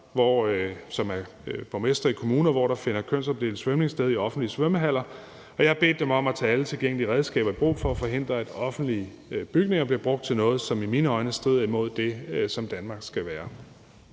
som er borgmestre i kommuner, hvor der finder kønsopdelt svømning sted i offentlige svømmehaller, og jeg har bedt dem om at tage alle tilgængelige redskaber i brug for at forhindre, at offentlige bygninger bliver brugt til noget, som i mine øjne strider imod det, som Danmark skal være.